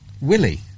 Willie